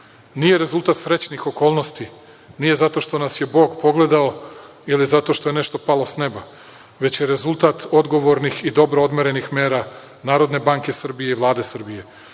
nije rezultat srećnih okolnosti, nije zato što nas je Bog pogledao, ili zato što je nešto palo s neba, već je rezultat odgovornih i dobro odmerenih mera NBS i Vlade Srbije.